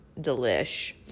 delish